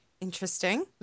Interesting